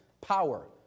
power